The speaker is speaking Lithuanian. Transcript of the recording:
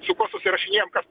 su kuo susirašinėjam kas